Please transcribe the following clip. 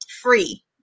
free